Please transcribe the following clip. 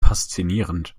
faszinierend